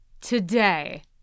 today